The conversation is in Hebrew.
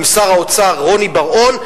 עם שר האוצר רוני בר-און,